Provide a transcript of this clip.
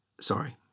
Sorry